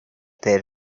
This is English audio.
their